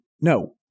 No